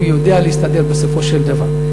הוא יודע להסתדר בסופו של דבר.